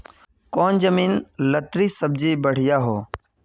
कौन जमीन लत्ती सब्जी बढ़िया हों?